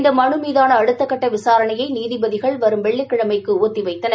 இந்த மனு மீதான அடுத்தக்கட்ட விசாரணையை நீதிபதிகள் வரும் வெள்ளிக்கிழமைக்கு ஒத்தி வைத்தனர்